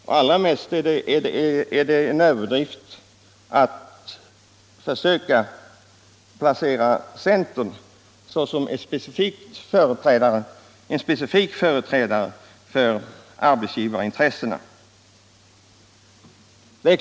Och det är absolut fel att försöka placera centern som en specifik företrädare för arbetsgivarintressena.